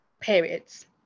periods